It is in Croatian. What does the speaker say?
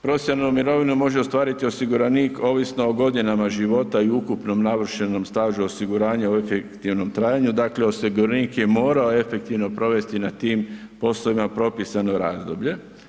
Profesionalnu mirovinu može ostvariti osiguranik ovisno o godinama života i ukupnom navršenom stažu osiguranja u efektivnom trajanju, dakle osiguranik je morao efektivno provesti na tim poslovima propisano razdoblje.